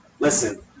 Listen